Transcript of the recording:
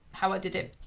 how i did it.